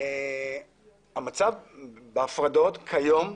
המצב בהפרדות כיום,